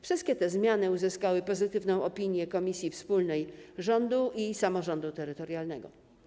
Wszystkie te zmiany uzyskały pozytywną opinię Komisji Wspólnej Rządu i Samorządu Terytorialnego.